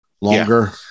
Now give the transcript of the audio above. longer